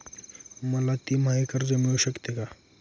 मला तिमाही कर्ज मिळू शकते का?